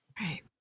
Right